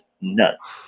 nuts